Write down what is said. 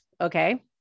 okay